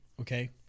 Okay